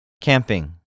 Camping